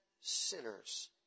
sinners